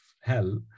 hell